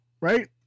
right